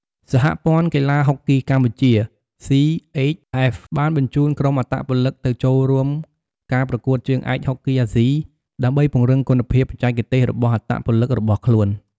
សហព័ន្ធកីឡាហុកគីកម្ពុជា សុី អេក ហ្វេស បានបញ្ជូនក្រុមអត្តពលិកទៅចូលរួមការប្រកួតជើងឯកហុកគីអាស៊ី ដើម្បីពង្រឹងគុណភាពបច្ចេកទេសរបស់អត្តពលិករបស់ខ្លួន។